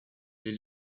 les